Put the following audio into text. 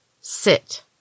Sit